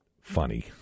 funny